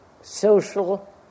social